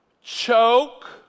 choke